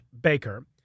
Baker